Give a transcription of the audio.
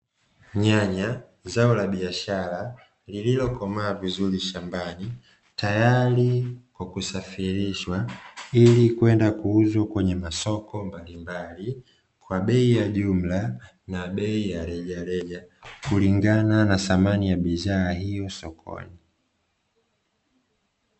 Nyanya, zao la biashara lililokomaa vizuri shambari tayari kwa kusafirishwa ili kweda kuuzwa kwenye masoko mbalimbali, kwa bei ya jumla na bei ya rejareja kulingana na thamanj ya bidhaa hizo sokoni.